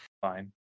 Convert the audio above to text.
Fine